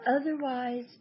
otherwise